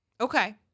Okay